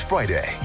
Friday